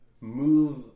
move